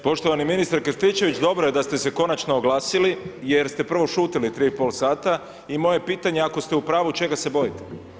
Poštovani ministre Krstičević, dobro je da ste se konačno oglasili, jer ste prvo šutali 3,5 sata i moje je pitanje, ako ste u pravu čega se bojite?